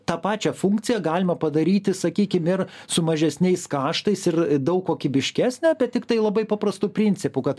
tą pačią funkciją galima padaryti sakykim ir su mažesniais kaštais ir daug kokybiškesnę tiktai labai paprastu principu kad